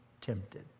tempted